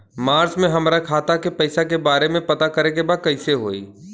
मार्च में हमरा खाता के पैसा के बारे में पता करे के बा कइसे होई?